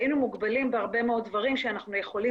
והיינו מוגבלים בהרבה מאוד דברים שאנחנו יכולים